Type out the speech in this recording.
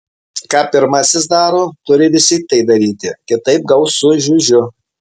ką pirmasis daro turi visi tai daryti kitaip gaus su žiužiu